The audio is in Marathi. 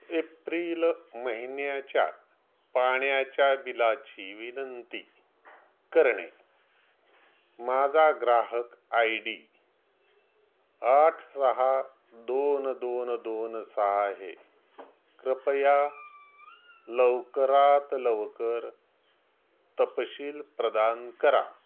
एप्रिल महिन्याच्या पाण्याच्या बिलाची विनंती करणे माझा ग्राहक आय डी आठ सहा दोन दोन दोन सहा हे कृपया लवकरात लवकर तपशील प्रदान करा